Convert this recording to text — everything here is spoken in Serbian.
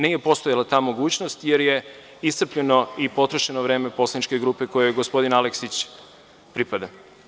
Nije postojala ta mogućnost, jer je iscrpljeno i potrošeno vreme poslaničke grupe koje je gospodin Aleksić, pripada.